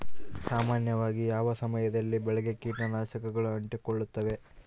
ಸಾಮಾನ್ಯವಾಗಿ ಯಾವ ಸಮಯದಲ್ಲಿ ಬೆಳೆಗೆ ಕೇಟನಾಶಕಗಳು ಅಂಟಿಕೊಳ್ಳುತ್ತವೆ?